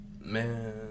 Man